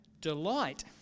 delight